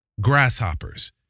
grasshoppers